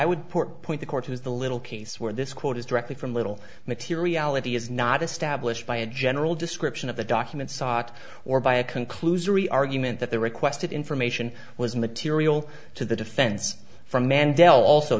i would put point the court is the little case where this quote is directly from little materiality is not established by a general description of the document sought or by a conclusion re argument that the requested information was material to the defense from mandela also